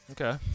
Okay